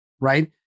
Right